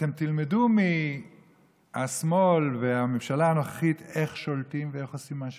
אתם תלמדו מהשמאל והממשלה הנוכחית איך שולטים ואיך עושים מה שרוצים?